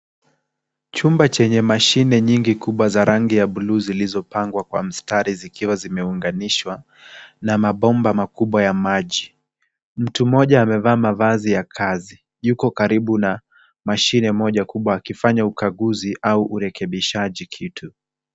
Chumba chenye mashine kubwa ya rangi ya bluu zilizopangwa kwa mstari zikiwa zimeunganishwa na mabomba kubwa ya maji. Mtu mmoja amevaa mavazi ya kazi nayl yuko karibu na mashine moja akifanya ukaguzi au urekebishaji.